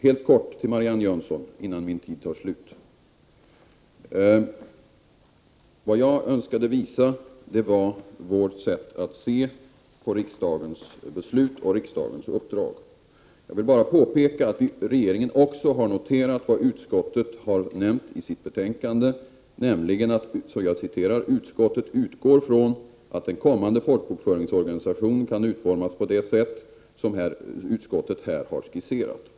Helt kort till Marianne Jönsson innan min taletid tar slut: Vad jag önskade visa var vårt sätt att se på riksdagens beslut och riksdagens uppdrag. Jag vill bara påpeka att regeringen också har noterat vad utskottet har nämnt i sitt betänkande, nämligen att utskottet utgår från att en kommande folkbokföringsorganisation kan utformas på det sätt som utskottet här har skisserat.